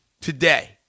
today